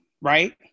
right